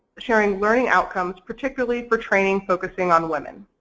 sharing learning outcomes particularly for training focusing on women.